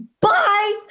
bye